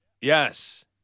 Yes